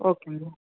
okay ma'am